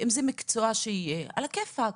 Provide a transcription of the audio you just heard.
אם זה מקצוע שיהיה, עלא כיפאק.